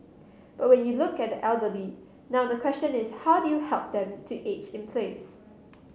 but when you look at the elderly now the question is how do you help them to age in place